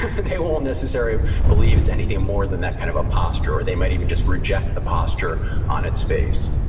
and they won't necessarily believe it's anything more than that kind of a posture. or, they might even just reject the posture on its face